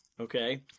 Okay